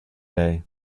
day